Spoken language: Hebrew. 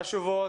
חשובות,